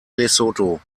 lesotho